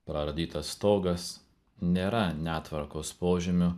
praardytas stogas nėra netvarkos požymiu